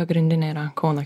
pagrindinė yra kauno